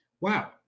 Wow